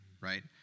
right